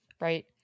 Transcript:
Right